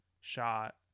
shot